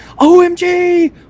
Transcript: OMG